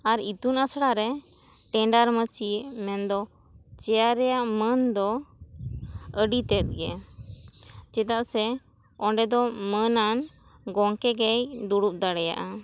ᱟᱨ ᱤᱛᱩᱱ ᱟᱥᱲᱟ ᱨᱮ ᱴᱮᱸᱰᱟᱨ ᱢᱟᱹᱪᱤ ᱢᱮᱱ ᱫᱚ ᱪᱮᱭᱟᱨ ᱨᱮᱭᱟᱜ ᱢᱟᱹᱱ ᱫᱚ ᱟᱹᱰᱤ ᱛᱮᱫ ᱜᱮ ᱪᱮᱫᱟᱜ ᱥᱮ ᱚᱸᱰᱮ ᱫᱚ ᱢᱟᱹᱱ ᱟᱱ ᱜᱚᱢᱠᱮ ᱜᱮ ᱫᱩᱲᱩᱵ ᱫᱟᱲᱮᱭᱟᱜᱼᱟ